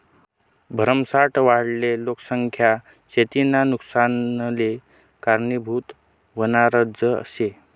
भरमसाठ वाढेल लोकसंख्या शेतीना नुकसानले कारनीभूत व्हनारज शे